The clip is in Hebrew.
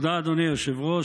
תודה, אדוני היושב-ראש.